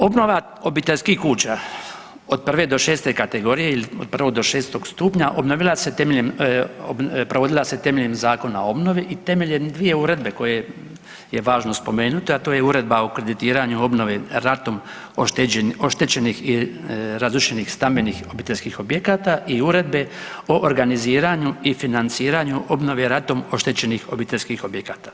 Obnova obiteljskih kuća od 1. do 6. kategorije ili od 1. do 6. stupnja obnovila se temeljem, provodila se temeljem Zakona o obnovi i temeljem dvije uredbe koje je važno spomenuti, a to je Uredba o kreditiranju obnove ratom oštećenih i razrušenih stambenih obiteljskih objekata i Uredbe o organiziranju i financiranju obnove ratom oštećenih obiteljskih objekata.